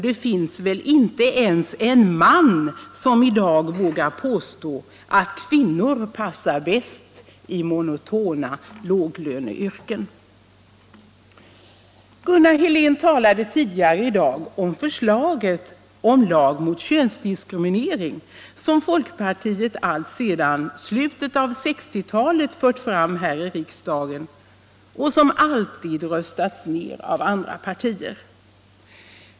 Det finns väl inte ens en man som i dag vågar påstå att kvinnor passar bäst i monotona låglöneyrken. Gunnar Helén talade tidigare i dag om det förslag till lag mot könsdiskriminering som folkpartiet alltsedan slutet av 1960-talet fört fram här i riksdagen och som alltid röstats ned av andra partier.